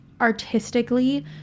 artistically